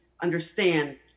understand